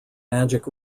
magic